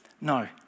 no